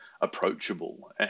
approachable